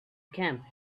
camp